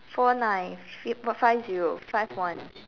four nine five zero five one